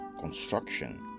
construction